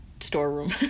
storeroom